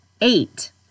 eight